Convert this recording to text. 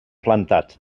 plantat